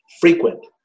frequent